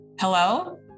Hello